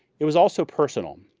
it was also personal,